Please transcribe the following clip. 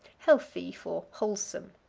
healthy for wholesome.